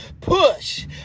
push